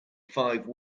five